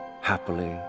happily